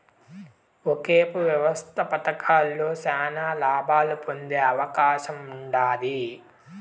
ఒకేపు వ్యవస్థాపకతలో శానా లాబాలు పొందే అవకాశముండాది